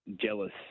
jealous